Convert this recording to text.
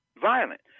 violent